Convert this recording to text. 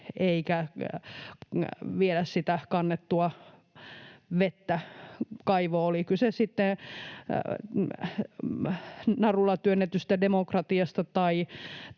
eikä viedä sitä kannettua vettä kaivoon, oli kyse sitten narulla työnnetystä demokratiasta